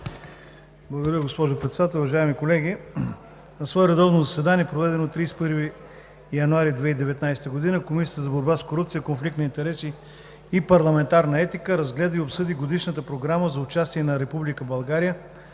Благодаря, госпожо Председател. Уважаеми колеги! „На свое редовно заседание, проведено на 31 януари 2019 г, Комисията за борба с корупцията, конфликт на интереси и парламентарна етика разгледа и обсъди Годишната програма за участие на